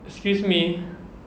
excuse me